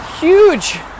huge